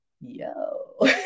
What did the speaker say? yo